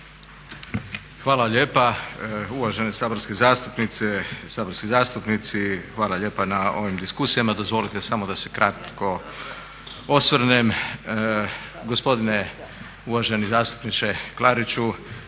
Hvala lijepa uvažene saborske zastupnice i saborski zastupnici, hvala lijepa na ovim diskusijama. Dozvolite samo da se kratko osvrnem, gospodine uvaženi zastupniče Klariću